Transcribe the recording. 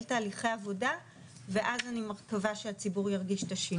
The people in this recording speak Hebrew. תהליכי עבודה ואז אני מקווה שהציבור ירגיש את השינוי.